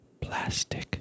plastic